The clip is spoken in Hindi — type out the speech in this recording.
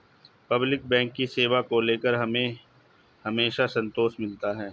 पब्लिक बैंक की सेवा को लेकर हमें हमेशा संतोष मिलता है